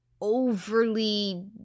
overly